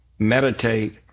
Meditate